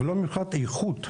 אבל לא מבחינת איכות.